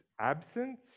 absence